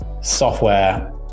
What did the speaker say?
software